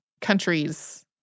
countries